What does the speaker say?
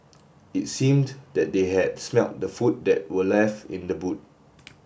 it seemed that they had smelt the food that were left in the boot